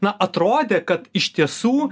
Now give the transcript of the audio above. na atrodė kad iš tiesų